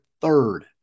third